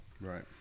Right